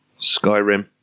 Skyrim